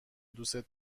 دوستت